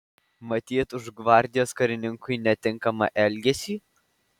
matyt už gvardijos karininkui netinkamą elgesį